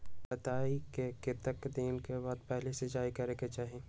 बोआई के कतेक दिन बाद पहिला सिंचाई करे के चाही?